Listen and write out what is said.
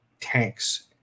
tanks